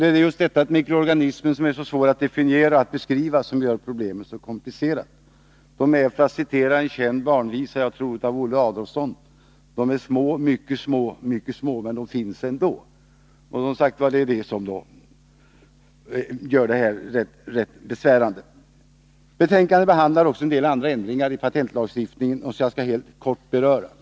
Det är just detta att mikroorganismerna är så svåra att definiera — att beskriva — som gör problemet så komplicerat. De är, för att citera en känd barnvisa av Olle Adolphson, ”små, mycket små, mycket små, men dom finns ändå”. Betänkandet behandlar också en del andra ändringar i patentlagstiftningen som jag helt kort skall beröra.